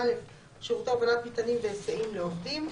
(א) שירותי הובלת מטענים והיסעים לעובדים,